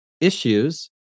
issues